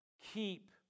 keep